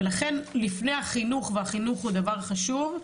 ולכן לפני החינוך והחינוך הוא דבר חשוב,